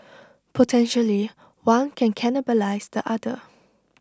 potentially one can cannibalise the other